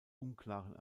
unklaren